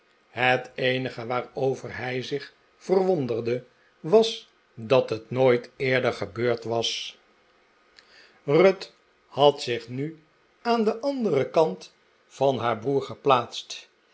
het eenige waarover hij zich verwonderde was dat het nooit eerder gebeurd was ruth had zich nu aan den anderen kant van haar broer geplaatst